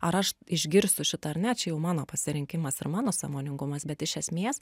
ar aš išgirsiu šitą ar ne čia jau mano pasirinkimas ar mano sąmoningumas bet iš esmės